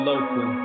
Local